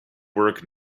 work